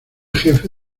jefe